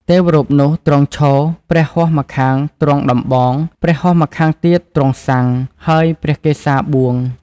ទេវរូបនោះទ្រង់ឈរ ព្រះហស្តម្ខាងទ្រង់ដំបង ព្រះហស្តម្ខាងទៀតទ្រង់ស័ង្ខ ហើយព្រះកេសាបួង។